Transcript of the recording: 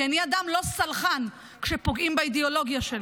כי אני אדם לא סלחן כשפוגעים באידיאולוגיה שלי.